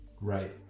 right